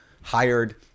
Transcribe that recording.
hired